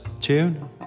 tune